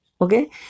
okay